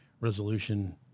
resolution